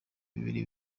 bibiri